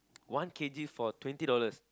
one k_g for twenty dollars